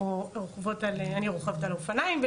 אני רוכבת על האופניים,